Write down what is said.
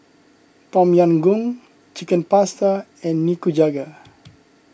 Tom Yam Goong Chicken Pasta and Nikujaga